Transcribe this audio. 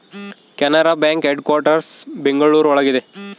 Canara bank headquarters Bengaluru ಒಳಗ ಇದೆ